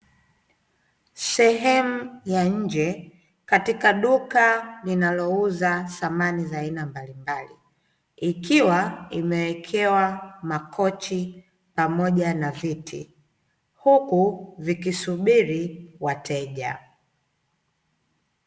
Sehemu ya nje katika duka linalouza samani za aina mbalimbali ikiwa imewekewa makochi pamoja na viti huku vikisubiri wateja.